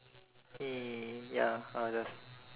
!yay! ya I'll just